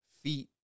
feet